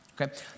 okay